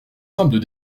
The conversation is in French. simple